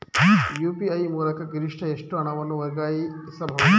UPI ಮೂಲಕ ಗರಿಷ್ಠ ಎಷ್ಟು ಹಣವನ್ನು ವರ್ಗಾಯಿಸಬಹುದು?